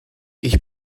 ich